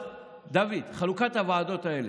דוד, חלוקת הוועדות הזאת,